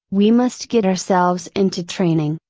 we must get ourselves into training,